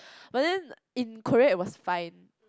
but then in Korea it was fine